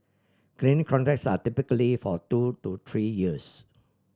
cleaning contracts are typically for two to three years